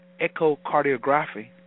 echocardiography